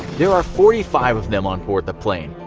there are forty five of them on board the plane.